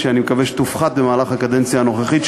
שאני מקווה שתופחת במהלך הקדנציה הנוכחית,